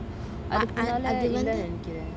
ah ah அது வந்து:athu vanthu